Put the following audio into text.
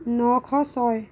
নশ ছয়